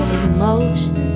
emotions